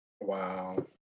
Wow